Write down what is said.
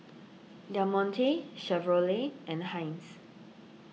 Del Monte Chevrolet and Heinz